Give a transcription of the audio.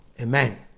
Amen